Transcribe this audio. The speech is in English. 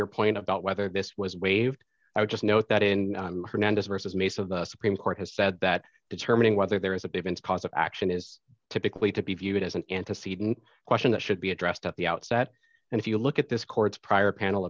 your point about whether this was waived i would just note that in hernandez versus mace of the supreme court has said that determining whether there is a difference cause of action is typically to be viewed as an antecedent question that should be addressed at the outset and if you look at this court's prior panel